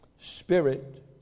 Spirit